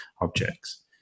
objects